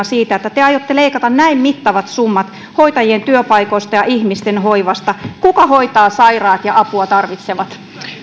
siitä että te te aiotte leikata näin mittavat summat hoitajien työpaikoista ja ihmisten hoivasta kuka hoitaa sairaat ja apua tarvitsevat